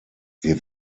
wir